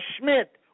Schmidt